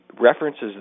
references